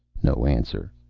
no answer.